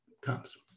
comes